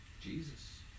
Jesus